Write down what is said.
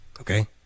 Okay